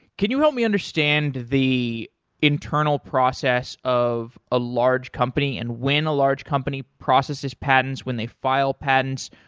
can you help me understand the internal process of a large company and when a large company processes patents, when they file patents,